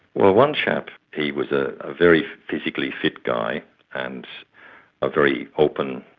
well, one chap, he was ah a very physically fit guy and a very open,